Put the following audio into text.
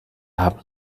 haben